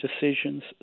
decisions